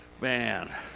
Man